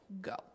Go